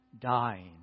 dying